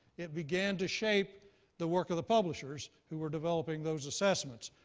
it began to shape the work of the publishers who were developing those assessments.